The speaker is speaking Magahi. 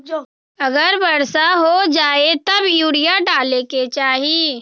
अगर वर्षा हो जाए तब यूरिया डाले के चाहि?